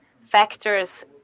factors